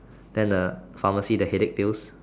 then the pharmacy the headache pills